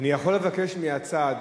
אני יכול לבקש מהצד,